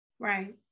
right